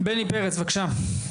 בני פרץ בבקשה.